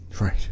Right